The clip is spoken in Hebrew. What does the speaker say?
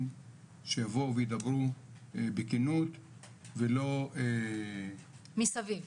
שיבואו וידברו בכנות ולא --- מסביב,